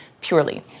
purely